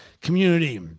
community